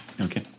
Okay